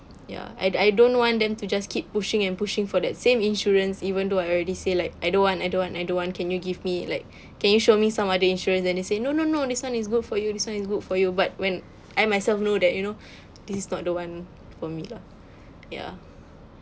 ya I don't I don't want them to just keep pushing and pushing for that same insurance even though I already say like I don't want I don't want I don't want can you give me like can you show me some other insurance then they say no no no this [one] is good for you this [one] is good for you but when I myself know that you know this is not the one for me lah ya